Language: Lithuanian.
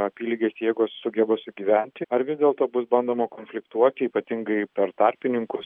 apylygės jėgos sugeba sugyventi ar vis dėlto bus bandoma konfliktuoti ypatingai per tarpininkus